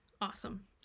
Awesome